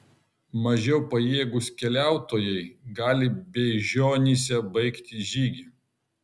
mažiau pajėgūs keliautojai gali beižionyse baigti žygį